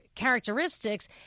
Characteristics